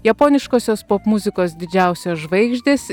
japoniškosios popmuzikos didžiausios žvaigždės